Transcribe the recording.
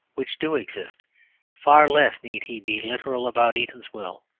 which do exist far less need he be literal about eatanswill,